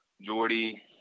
Jordy